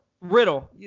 Riddle